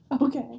Okay